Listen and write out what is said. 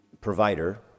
provider